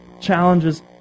Challenges